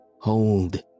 Hold